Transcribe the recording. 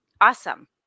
Awesome